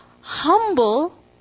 humble